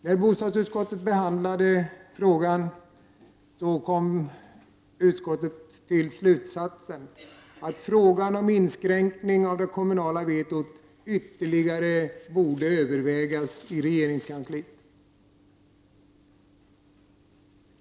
Vid bostadsutskottets behandling kom man till slutsatsen att frågan om inskränkning av det kommunala vetot ytterligare borde övervägas i regeringskansliet.